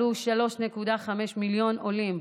עלו 3.5 מיליון עולים.